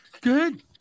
Good